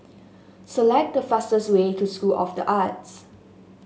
select the fastest way to School of the Arts